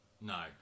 no